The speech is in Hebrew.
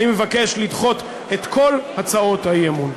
אני מבקש לדחות את כל הצעות האי-אמון.